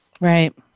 Right